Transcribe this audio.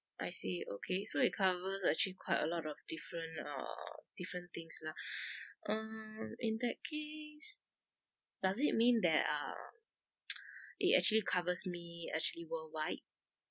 I see okay so it covers actually quite a lot of different uh different things lah um in that case does it mean that uh it actually covers me actually worldwide